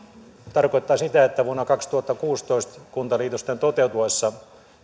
tarkoittaa sitä että vuonna kaksituhattakuusitoista kuntaliitosten toteutuessa